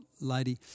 lady